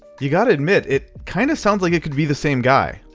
you've gotta admit, it kind of sounds like it could be the same guy.